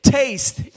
taste